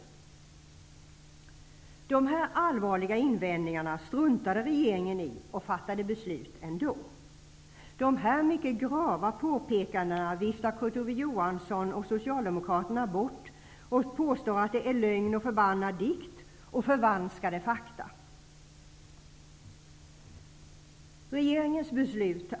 Dessa allvarliga invändningar struntade regeringen i och fattade beslut ändå. De här mycket grava påpekandena viftar också Kurt Ove Johansson och Socialdemokraterna bort och påstår att det är lögn och förbannad dikt och förvanskade fakta.